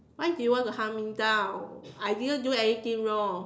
why do you want to hunt me down I didn't do anything wrong